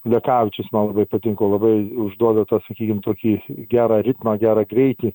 lekavičius man labai patiko labai užduoda tą sakykim tokį gerą ritmą gerą greitį